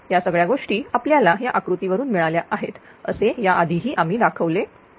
या सगळ्या गोष्टी आपल्याला या आकृतीवरून मिळाल्या आहेत असे याआधीही आम्ही दाखवले आहे